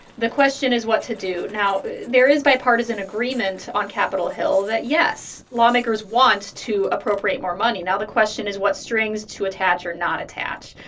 the question is what to do. now, there is bipartisan agreement on capitol hill that, yes, lawmakers want to appropriate more money. now the question is what strings to attach or not attach.